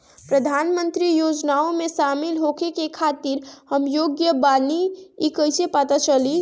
प्रधान मंत्री योजनओं में शामिल होखे के खातिर हम योग्य बानी ई कईसे पता चली?